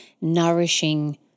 nourishing